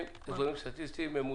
אזורים סטטיסטיים,